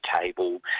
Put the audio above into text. table